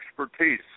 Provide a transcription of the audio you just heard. expertise